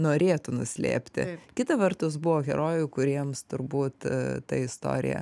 norėtų nuslėpti kita vertus buvo herojų kuriems turbūt ta istorija